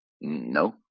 No